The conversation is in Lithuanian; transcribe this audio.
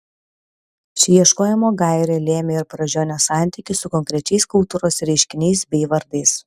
ši ieškojimo gairė lėmė ir brazdžionio santykį su konkrečiais kultūros reiškiniais bei vardais